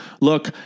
look